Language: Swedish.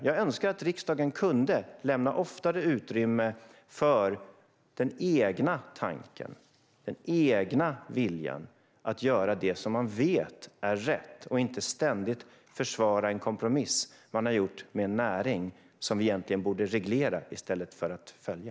Jag önskar att riksdagen oftare kunde lämna utrymme för den egna tanken, den egna viljan, och göra det som man vet är rätt och inte ständigt försvara en kompromiss man har gjort med en näring som vi egentligen borde reglera i stället för att följa.